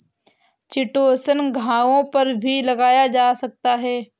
chitosan घावों पर भी लगाया जा सकता है